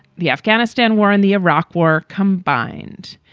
the afghanistan war and the iraq war combined.